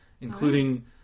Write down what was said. including